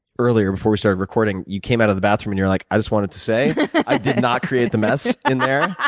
earlier before we started recording, you came out of the bathroom and you're like, i just wanted to say i did not create the mess in there.